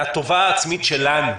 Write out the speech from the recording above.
מהטובה העצמית שלנו.